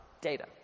data